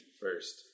first